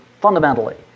fundamentally